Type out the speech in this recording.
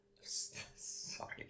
Sorry